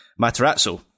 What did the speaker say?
Matarazzo